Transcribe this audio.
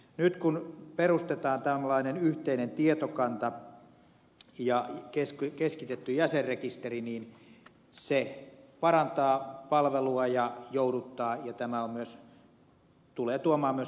nyt kun perustetaan tällainen yhteinen tietokanta ja keskitetty jäsenrekisteri niin se parantaa palvelua jouduttaa ja tulee tuomaan myös